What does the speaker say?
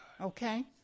Okay